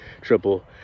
triple